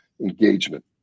engagement